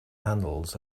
handles